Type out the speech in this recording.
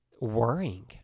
worrying